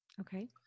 Okay